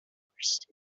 divorced